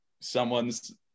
someone's